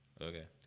Okay